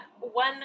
One